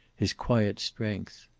his quiet strength.